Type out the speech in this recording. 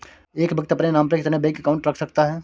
एक व्यक्ति अपने नाम पर कितने बैंक अकाउंट रख सकता है?